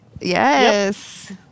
Yes